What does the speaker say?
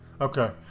Okay